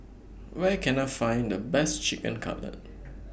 Where Can I Find The Best Chicken Cutlet